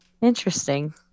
Interesting